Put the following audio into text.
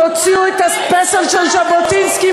תוציאו את הפסל של ז'בוטינסקי,